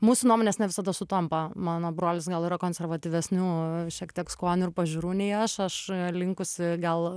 mūsų nuomonės ne visada sutampa mano brolis gal yra konservatyvesnių šiek tiek skonių ir pažiūrų nei aš aš linkusi gal